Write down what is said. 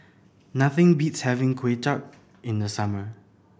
nothing beats having Kuay Chap in the summer